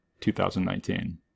2019